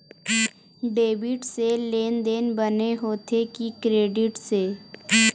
Debit से लेनदेन बने होथे कि क्रेडिट से?